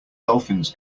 dolphins